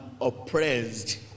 oppressed